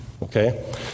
Okay